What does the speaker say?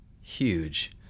Huge